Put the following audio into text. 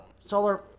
solar